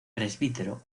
presbítero